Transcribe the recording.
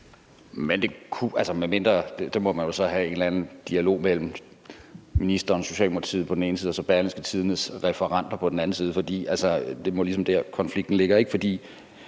Martin Geertsen (V): Der må man jo så have en eller anden dialog mellem ministeren og Socialdemokratiet på den ene side og så Berlingske Tidendes journalister på den anden side, og det må ligesom være der, konflikten ligger, ikke? For